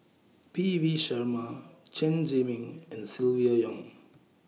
P V Sharma Chen Zhiming and Silvia Yong